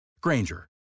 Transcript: Granger